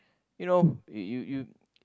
you know you you you